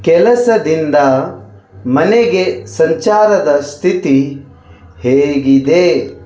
ಕೆಲಸದಿಂದ ಮನೆಗೆ ಸಂಚಾರದ ಸ್ಥಿತಿ ಹೇಗಿದೆ